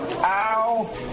Ow